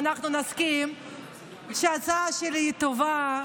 ואנחנו נסכים שההצעה שלי היא טובה.